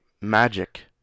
Magic